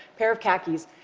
pair of khakis.